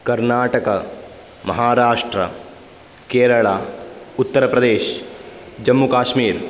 Karnataka Maharashtra Kerala Uttar Pradesh Jammu Kashmir